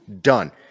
Done